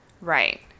Right